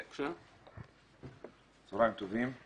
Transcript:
צהרים טובים.